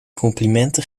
complimenten